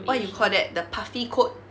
what you call that the puffy coat